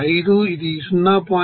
5 ఇది 0